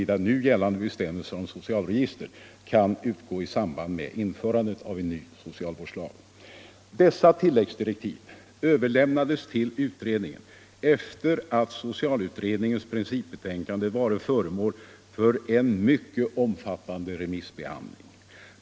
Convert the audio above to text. Dessa tilläggsdirektiv överlämnades till utredningen efter det socialutredningens principbetänkande varit föremål för en mycket omfattande remissbehandling.